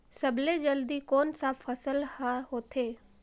सबले जल्दी कोन सा फसल ह होथे?